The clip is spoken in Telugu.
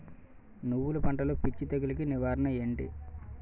నువ్వులు పంటలో పిచ్చి తెగులకి నివారణ ఏంటి?